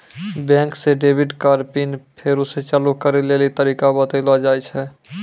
बैंके से debit card PIN फेरु से चालू करै लेली तरीका बतैलो जाय छै